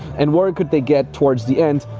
and where could they get towards the end,